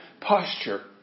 posture